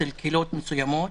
אצל קהילות מסוימות